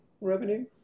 revenue